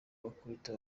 bakubita